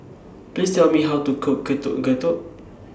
Please Tell Me How to Cook Getuk Getuk